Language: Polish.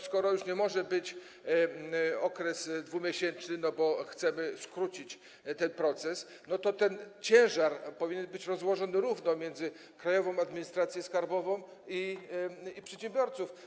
Skoro już nie może być okres 2-miesięczny, bo chcemy skrócić ten proces, to ten ciężar powinien być rozłożony równo między Krajową Administrację Skarbową i przedsiębiorców.